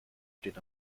steht